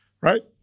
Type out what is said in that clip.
right